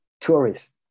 tourists